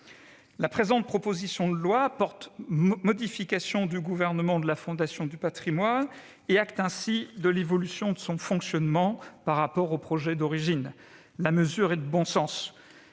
La présente proposition de loi porte modification du gouvernement de la Fondation du patrimoine et prend ainsi acte de l'évolution de son fonctionnement par rapport au projet d'origine. La mesure est de bon sens